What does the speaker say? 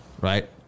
Right